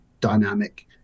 dynamic